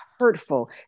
hurtful